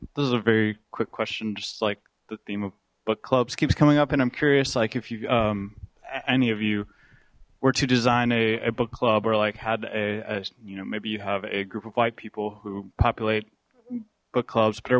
a very quick question just like the theme of book clubs keeps coming up and i'm curious like if you um any of you were to design a book club or like had a you know maybe you have a group of white people who populate book clubs